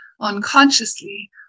unconsciously